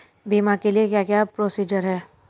बीमा के लिए क्या क्या प्रोसीजर है?